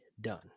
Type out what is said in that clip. done